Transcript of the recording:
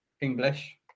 English